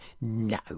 No